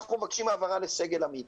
אנחנו מבקשים העברה לסגל עמית